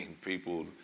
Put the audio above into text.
People